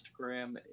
Instagram